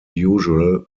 usual